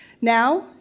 Now